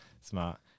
smart